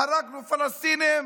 הרגנו פלסטינים